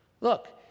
Look